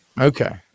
Okay